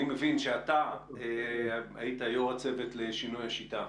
אני מבין שאתה היית יו"ר הצוות לשינוי השיטה.